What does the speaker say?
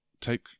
Take